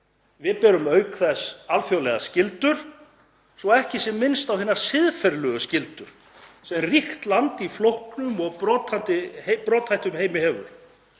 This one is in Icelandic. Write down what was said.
Við berum auk þess alþjóðlegar skyldur, svo ekki sé minnst á hinar siðferðilegu skyldur sem ríkt land í flóknum og brothættum heimi hefur.